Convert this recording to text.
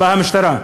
באה המשטרה.